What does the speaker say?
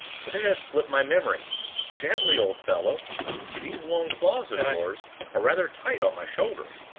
but it has slipped my memory gently, old fellow these long claws of yours are rather tight on my shoulder.